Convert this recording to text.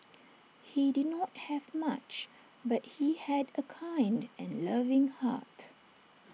he did not have much but he had A kind and loving heart